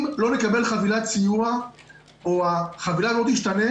אם לא נקבל חבילת סיוע או שהחבילה לא תשתנה